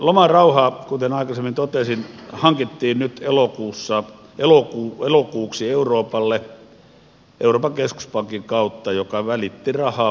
lomarauha kuten aikaisemmin totesin hankittiin nyt elokuuksi euroopalle euroopan keskuspankin kautta joka välitti rahaa pohjoisesta etelään